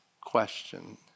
question